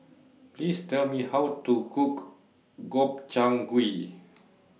Please Tell Me How to Cook Gobchang Gui